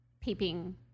Peeping